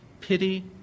Pity